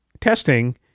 testing